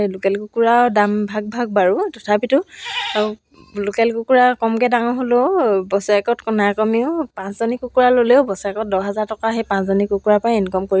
মোৰ মেখেলা চাদৰ তাৰপিছত ৰুমাল গাৰু কভাৰ এইবিলাক ভিডিঅ' ভাইৰেল হ'ব ধৰিলে ত' মোক বহুতে ফেচবুক ইনষ্টাগ্ৰামৰ জৰিয়তে অৰ্ডাৰ কৰিবলৈ ধৰিলে তাৰপিছত